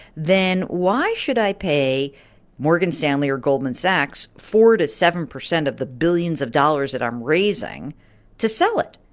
then why should i pay morgan stanley or goldman sachs four to seven percent of the billions of dollars that i'm raising to sell it?